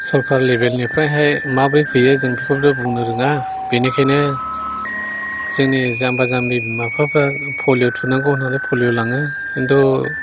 सरखार लेभेलनिफ्राय हाय माब्रै फैयो जों बेखौथ' बुंनो रोङा बेनिखायनो जोंनि जाम्बा जाम्बि बिमा बिफाफ्रा पलिय' थुनांगौ होननानै पलिय' लाङो खिन्थु